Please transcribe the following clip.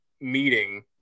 meeting